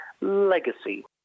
legacy